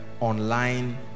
online